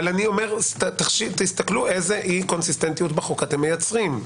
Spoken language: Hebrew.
אבל תסתכלו איזו אי-קונסיסטנטיות בחוק אתם מייצרים.